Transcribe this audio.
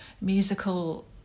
musical